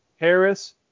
Harris